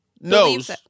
knows